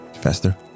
faster